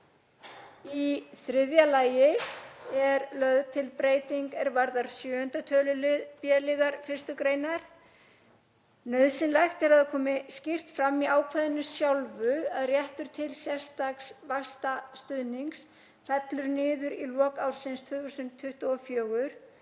Í þriðja lagi er lögð til breyting er varðar 7. tölulið b-liðar 1. gr.. Nauðsynlegt er að það komi skýrt fram í ákvæðinu sjálfu að réttur til sérstaks vaxtastuðnings fellur niður í lok ársins 2024.